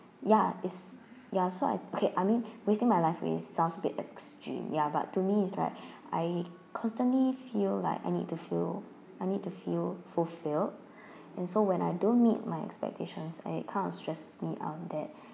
ya it's ya so I okay I mean wasting my life is sounds a bit extreme ya but to me is like I constantly feel like I need to fill I need to fill fulfil and so when I don't meet my expectation it kind of stresses me out that